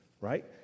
right